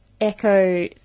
echo